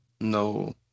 no